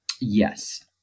Yes